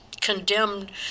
condemned